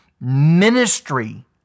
ministry